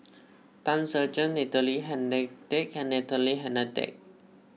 Tan Ser Cher Natalie Hennedige and Natalie Hennedige